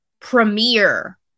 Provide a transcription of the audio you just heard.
premiere